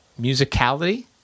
musicality